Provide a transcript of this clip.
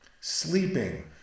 sleeping